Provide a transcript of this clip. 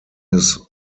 his